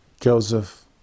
Joseph